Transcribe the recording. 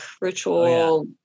ritual